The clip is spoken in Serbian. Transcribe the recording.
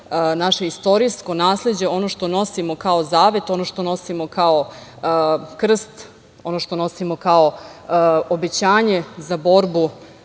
naše istorijsko nasleđe, ono što nosimo kao zavet, ono što nosimo kao krst, ono što nosimo kao obećanje za borbu